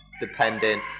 dependent